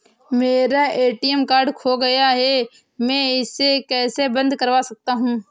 मेरा ATM card खो गया है मैं इसे कैसे बंद करवा सकता हूँ?